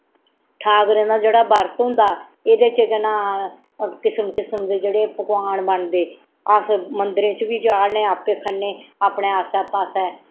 ठौकरें दा जेह्ड़ा बरत होंदा एह्दे च केह् नां किस्म किस्म दे जेह्ड़े पकोआन बनदे अस मंदरें च बी चाढ़ने आपै खन्ने अपने आसै पासै